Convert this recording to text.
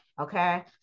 Okay